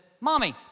mommy